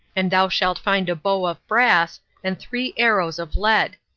and thou shalt find a bow of brass and three arrows of lead.